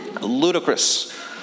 ludicrous